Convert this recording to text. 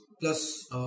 plus